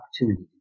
opportunity